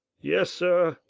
yes, sir!